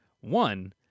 One